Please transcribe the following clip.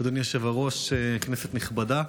אדוני היושב-ראש, כנסת נכבדה,